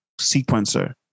sequencer